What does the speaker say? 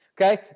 okay